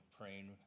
praying